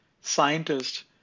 scientist